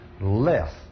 Less